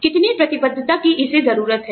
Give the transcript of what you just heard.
कितनी प्रतिबद्धता की इसे जरूरत है